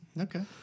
Okay